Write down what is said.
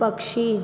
पक्षी